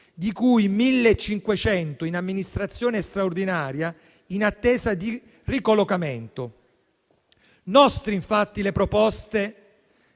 di cui 1.500 in amministrazione straordinaria in attesa di ricollocamento. Sono nostre le proposte